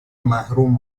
محروم